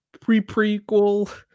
pre-prequel